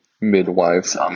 midwives